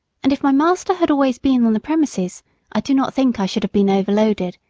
and if my master had always been on the premises i do not think i should have been overloaded,